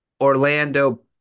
Orlando